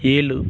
ஏழு